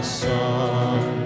sun